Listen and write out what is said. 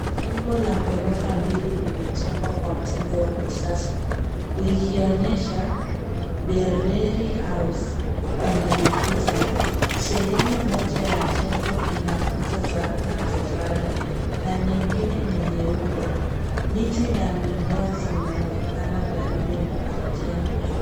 Jengo la ghorofa mbili limejengwa kwa mtindo wa kisasa, likionyesha Bereri house kwenye ukuta. Sehemu moja ya jengo ina Kuta za matofali na nyingine ni nyeupe. Miti na mimea zinaonekana karibu na jengo.